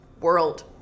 world